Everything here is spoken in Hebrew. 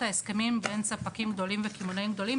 ההסכמים בין ספקים גדולים וקמעונאים גדולים.